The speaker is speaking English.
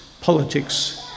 politics